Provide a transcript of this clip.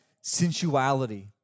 sensuality